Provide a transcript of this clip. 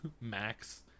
max